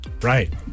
Right